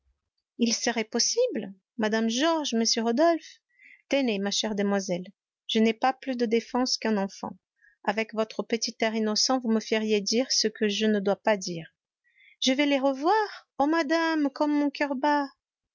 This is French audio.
il serait possible mme georges m rodolphe tenez ma chère demoiselle je n'ai pas plus de défense qu'un enfant avec votre petit air innocent vous me feriez dire ce que je ne dois pas dire je vais les revoir oh madame comme mon coeur bat